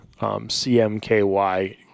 CMKY